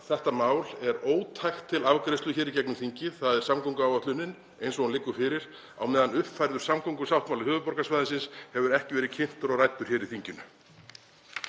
þetta mál er ótækt til afgreiðslu hér í gegnum þingið, þ.e. samgönguáætlunin eins og hún liggur fyrir, á meðan uppfærður samgöngusáttmáli höfuðborgarsvæðisins hefur ekki verið kynntur og ræddur hér í þinginu.